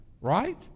right